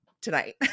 tonight